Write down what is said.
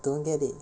don't get it